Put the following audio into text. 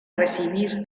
recibir